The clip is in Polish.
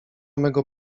mego